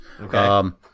Okay